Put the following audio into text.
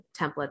template